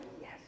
yes